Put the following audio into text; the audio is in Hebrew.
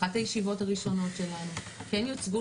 אחת הישיבות הראשונות שלנו כן יוצגו